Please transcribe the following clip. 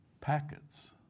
packets